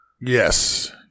Yes